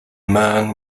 man